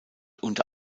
unter